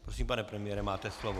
Prosím, pane premiére, máte slovo.